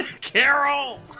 Carol